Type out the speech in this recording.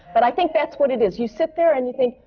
but i think that's what it is. you sit there and you think,